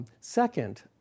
Second